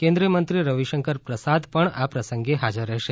કેન્દ્રીય મંત્રી રવિશંકર પ્રસાદ પણ આ પ્રસંગે હાજર રહેશે